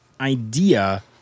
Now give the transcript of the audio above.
idea